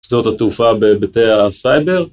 שדות התעופה בהיבטי הסייבר.